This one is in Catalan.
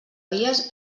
dies